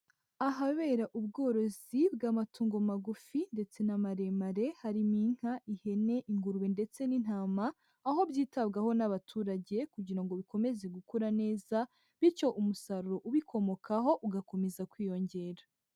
Ahabera ubworozi bw'amatungo magufi ndetse n'amaremare harimo inka, ihene, ingurube ndetse n'intama, aho byitabwaho n'abaturage kugira ngo bikomeze gukura neza, bityo umusaruro ubikomokaho ugakomeza kwiyongera.